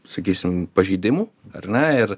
sakysim pažeidimų ar ne ir